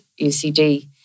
UCD